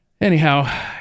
Anyhow